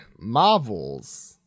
Marvels